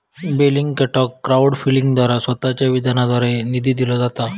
बेलिंगकॅटाक क्राउड फंडिंगद्वारा स्वतःच्या विधानाद्वारे निधी दिलो जाता